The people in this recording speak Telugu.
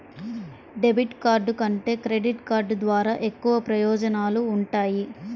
డెబిట్ కార్డు కంటే క్రెడిట్ కార్డు ద్వారా ఎక్కువ ప్రయోజనాలు వుంటయ్యి